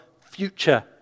future